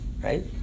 Right